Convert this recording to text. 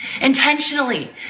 Intentionally